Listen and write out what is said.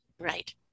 Right